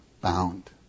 bound